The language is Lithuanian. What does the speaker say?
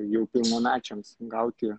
jau pilnamečiams gauti